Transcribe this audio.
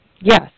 Yes